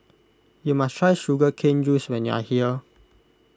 you must try Sugar Cane Juice when you are here